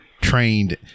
trained